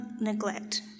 neglect